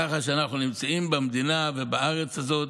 ככה שאנחנו נמצאים במדינה ובארץ הזאת,